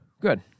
Good